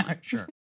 Sure